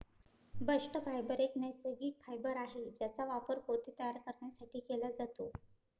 bast fibre एक नैसर्गिक fibre आहे ज्याचा वापर पोते तयार करण्यासाठी केला जातो